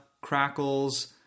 crackles